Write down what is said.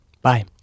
Bye